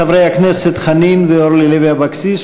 חברי הכנסת חנין ואורלי לוי אבקסיס,